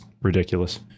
ridiculous